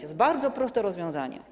Jest to bardzo proste rozwiązanie.